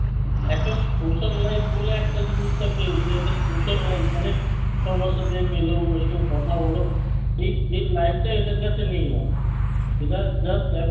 একটা social life বলে একটা জিনিস থাকে যে একটা সোশ্যাল লাইফ মানে সবার সাথে মেলো মেশো কথা বলো এই এর লাইফটাই এদের কাছে নেই আর এরা জাস্ট আর